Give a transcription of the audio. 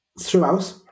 Throughout